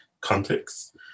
context